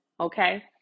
okay